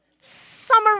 Summer